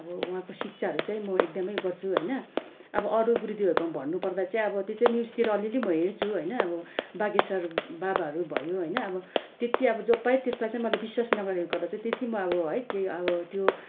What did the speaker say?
अब उहाँको शिक्षाहरू चाहिँ म एकदमै गर्छु होइन अब अरू गुरुदेवहरूको बारेमा भन्नुपर्दा चाहिँ अब त्यो चाहिँ न्युजतिर अलिअलि म हेर्छु होइन अब बागेश्वर बाबाहरू भयो होइन अब त्यति अब जो पायो त्यसलाई चाहिँ मैले विश्वास नगरेको कारणले गर्दा चाहिँ त्यति म अब है अब त्यो